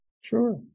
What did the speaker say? Sure